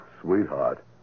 Sweetheart